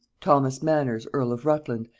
thomas manners earl of rutland,